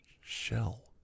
shell